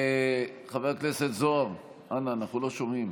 חבר הכנסת זוהר, אנא, אנחנו לא שומעים.